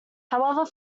however